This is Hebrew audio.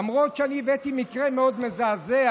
למרות שאני הבאתי מקרה מאוד מזעזע